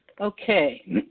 Okay